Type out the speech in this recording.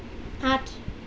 আঠ